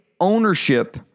ownership